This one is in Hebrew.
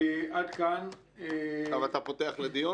אתה פותח את זה לדיון?